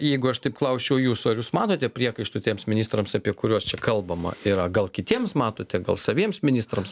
jeigu aš taip klausčiau jūsų ar jūs matote priekaištų tiems ministrams apie kuriuos čia kalbama yra gal kitiems matote gal saviems ministrams